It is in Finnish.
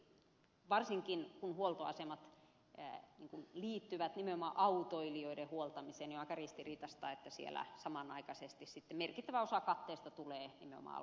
varsinkin kun huoltoasemat liittyvät nimenomaan autoilijoiden huoltamiseen niin on aika ristiriitaista että siellä samanaikaisesti merkittävä osa katteesta tulee nimenomaan alkoholin myynnistä